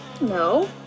no